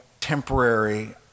temporary